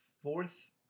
fourth